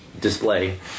display